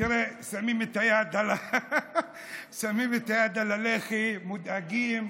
תראה, שמים את היד על הלחי, מודאגים.